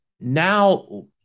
Now